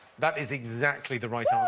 that is exactly the right um